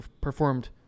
performed